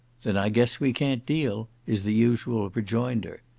then i guess we can't deal, is the usual rejoinder.